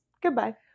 Goodbye